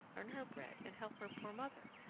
earn her bread and help her poor mother.